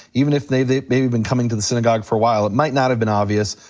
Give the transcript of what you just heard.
even if they've they've maybe been coming to the synagogue for a while, it might not have been obvious,